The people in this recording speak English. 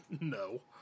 no